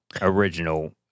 original